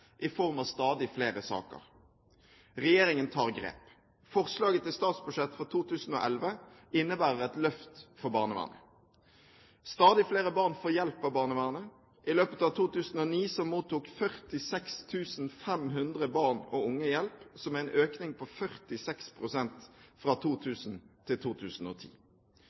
i form av stadig flere saker. Regjeringen tar grep. Forslaget til statsbudsjett for 2011 innebærer et løft for barnevernet. Stadig flere barn får hjelp av barnevernet. I løpet av 2009 mottok 46 500 barn og unge hjelp, som er en økning på 46 pst. fra 2000 til 2010.